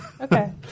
Okay